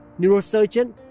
neurosurgeon